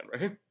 right